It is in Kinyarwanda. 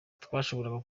twashoboraga